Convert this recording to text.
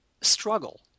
struggle